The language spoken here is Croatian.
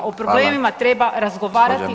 O problemima treba razgovarati